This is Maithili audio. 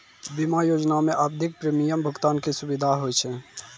बीमा योजना मे आवधिक प्रीमियम भुगतान के सुविधा होय छै